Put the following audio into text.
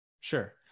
sure